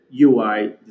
UI